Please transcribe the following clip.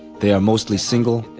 they are mostly single,